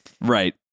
Right